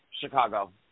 Chicago